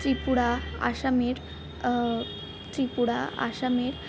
ত্রিপুরা আসামের ত্রিপুরা আসামের